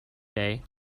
day